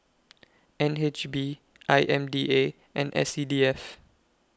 N H B I M D A and S C D F